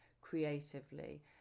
creatively